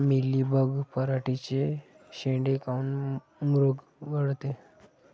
Mealybug पराटीचे चे शेंडे काऊन मुरगळते?